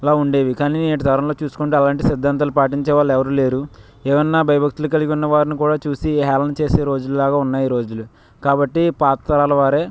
అలా ఉండేవి కానీ నేటి తరంలో చూసుకుంటే అలాంటి సిద్ధాంతాలు పాటించేవాళ్ళు ఎవరూ లేరు ఏవన్నా భయభక్తులు కలిగినయున్న వారిని కూడా చూసి హేలనచేసే రోజుల్లాగా ఉన్నాయి ఈ రోజులు కాబట్టి పాత తరాల వారే